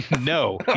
No